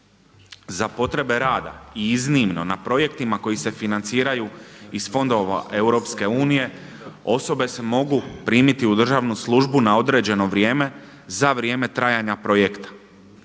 za potrebe rada i iznimno na projektima koji se financiraju iz fondova EU osobe se mogu primiti u državnu službu na određeno vrijeme za vrijeme trajanja projekta.